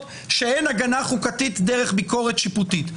שאין הגנה חוקתית דרך ביקורת שיפוטית.